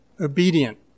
obedient